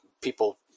people